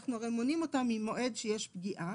אנחנו הרי מונים אותה ממועד שיש פגיעה,